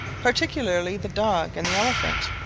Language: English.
particularly the dog and the elephant.